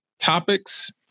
topics